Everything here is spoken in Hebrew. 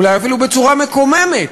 אולי אפילו בצורה מקוממת,